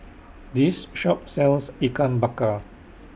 This Shop sells Ikan Bakar